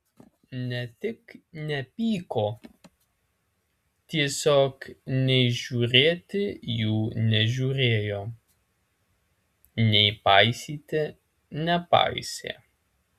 ne tik nepyko tiesiog nei žiūrėti jų nežiūrėjo nei paisyti nepaisė